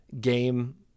game